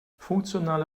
funktionale